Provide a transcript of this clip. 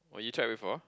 or you check before